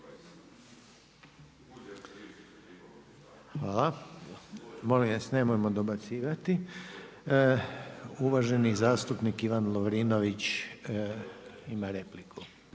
Hvala. Molim vas nemojmo dobacivati. Uvaženi zastupnik Ivan Lovrinović ima repliku.